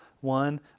one